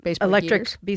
electric